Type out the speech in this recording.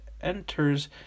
enters